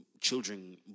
children